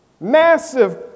Massive